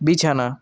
বিছানা